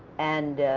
and